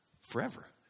forever